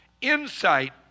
insight